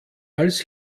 als